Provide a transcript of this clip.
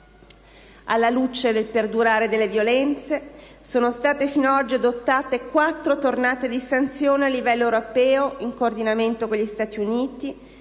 Alla luce del perdurare delle violenze, sono state fino ad oggi adottate quattro tornate di sanzioni a livello europeo, in coordinamento con gli Stati Uniti,